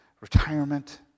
retirement